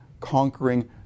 conquering